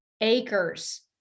acres